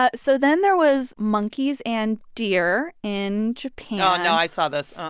ah so then there was monkeys and deer in japan. oh, no. i saw this.